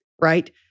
right